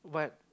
but